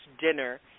dinner